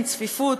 צפיפות,